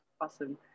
Awesome